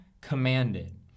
commanded